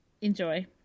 enjoy